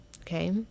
Okay